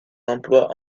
emplois